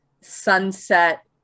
sunset